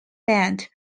band